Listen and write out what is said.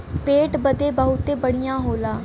पेट बदे बहुते बढ़िया होला